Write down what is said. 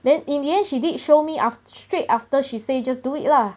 then in the end she did show me after straight after she say just do it lah